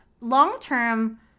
Long-term